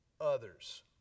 others